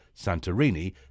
Santorini